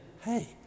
hey